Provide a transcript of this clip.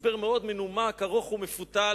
הסבר מאוד מנומק, ארוך ומפותל,